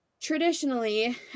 traditionally